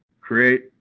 create